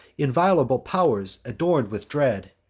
inviolable pow'rs, ador'd with dread!